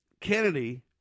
Kennedy